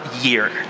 year